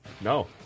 No